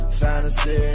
fantasy